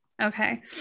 Okay